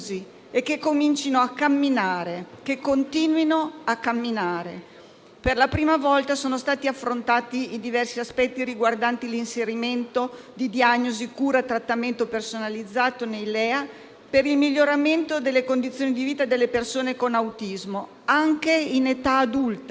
e continuino a camminare. Per la prima volta sono stati affrontati i diversi aspetti riguardanti l'inserimento di diagnosi, cura e trattamento personalizzato nei LEA, per il miglioramento delle condizioni di vita delle persone con autismo anche in età adulta,